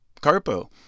Carpo